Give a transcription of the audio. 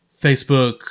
Facebook